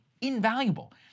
Invaluable